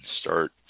start